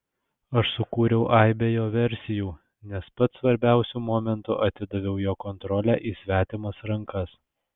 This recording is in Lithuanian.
aš sukūriau aibę jo versijų nes pats svarbiausiu momentu atidaviau jo kontrolę į svetimas rankas